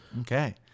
Okay